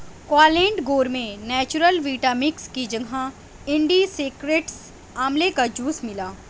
کوالینٹ gourmet natural vita mix کی جگہ indie secrets آملے کا جوس ملا